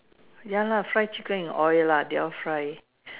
ya lah fry chicken in oil lah they all fry